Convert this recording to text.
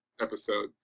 episode